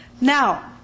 Now